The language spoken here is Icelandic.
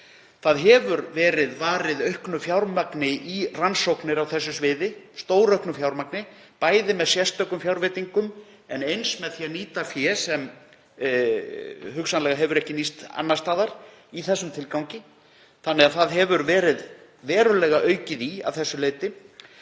hefur verið varið í rannsóknir á þessu sviði, stórauknu fjármagni, með sérstökum fjárveitingum en eins með því að nýta fé sem hugsanlega hefur ekki nýst annars staðar í þessum tilgangi. Það hefur því verið verulega aukið í að þessu leyti.